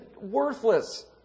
worthless